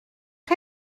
chi